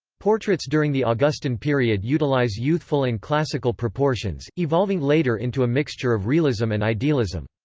portraits during the augustan period utilize youthful and classical proportions, evolving later into a mixture of realism and idealism.